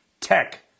tech